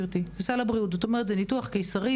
זה ניתוח קיסרי,